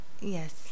Yes